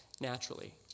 naturally